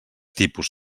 tipus